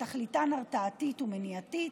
שתכליתן הרתעתית ומניעתית.